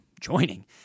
joining